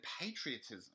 patriotism